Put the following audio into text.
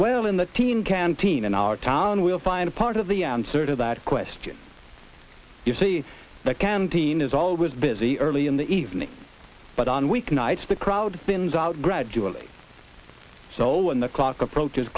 well in the teen canteen in our town we'll find a part of the answer to that question you see the canteen is always busy early in the evening but on weeknights the crowd thins out gradually so when the clock approaches